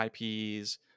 IPs